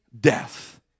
death